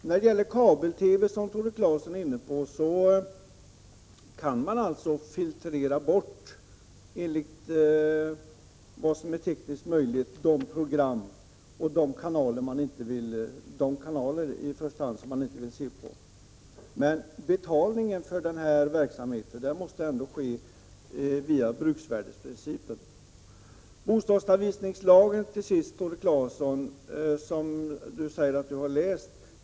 När det gäller kabel-TV, som Tore Claeson var inne på, är det alltså tekniskt möjligt att filtrera bort de kanaler man inte vill se på, men man måste ändå betala verksamheten enligt bruksvärdesprincipen. Till sist när det gäller bostadsanvisninglagen: Tore Claeson säger att han läst den.